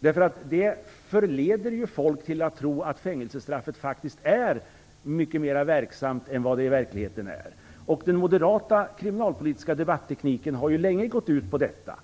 Det förleder folk till att tro att fängelsestraffet är mycket mer verksamt än det verkligen är. Den moderata kriminalpolitiska debattekniken har länge gått ut på detta.